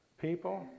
people